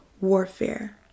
warfare